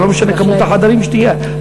ולא משנה כמות החדרים שתהיה.